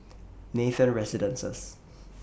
Nathan Residences